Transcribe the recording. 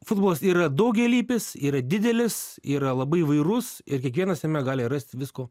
futbolas yra daugialypis yra didelis yra labai įvairus ir kiekvienas jame gali rasti visko